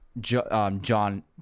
John